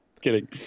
Kidding